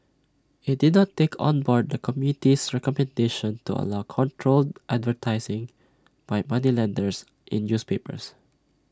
IT did not take on board the committee's recommendation to allow controlled advertising by moneylenders in newspapers